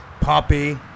Poppy